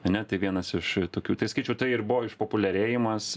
ane tai vienas iš tokių skaičių tai ir buvo išpopuliarėjimas